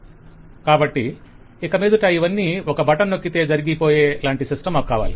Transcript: కాబట్టి ఇక మీదట ఇవన్నీ ఒక బటన్ నొక్కితే జరగిపోయే లాంటి సిస్టం మాకు కావలి